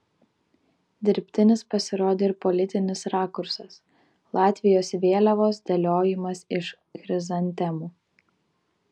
dirbtinis pasirodė ir politinis rakursas latvijos vėliavos dėliojimas iš chrizantemų